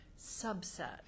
subset